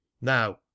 Now